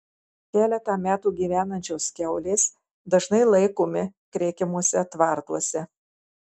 keletą metų gyvenančios kiaulės dažnai laikomi kreikiamuose tvartuose